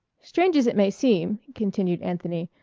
strange as it may seem, continued anthony,